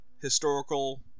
historical